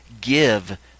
give